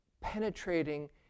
penetrating